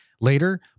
later